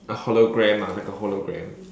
a hologram ah like a hologram